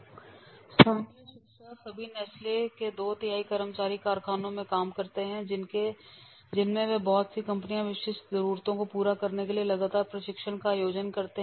स्थानीय शिक्षा सभी नेस्ले के दो तिहाई कर्मचारी कारखानों में काम करते हैं और जिनमें से बहुत से अपनी विशिष्ट जरूरतों को पूरा करने के लिए लगातार प्रशिक्षण का आयोजन करते हैं